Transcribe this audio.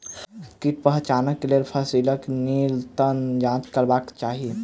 कीट पहचानक लेल फसीलक निरंतर जांच करबाक चाही